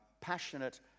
passionate